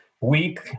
week